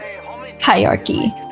hierarchy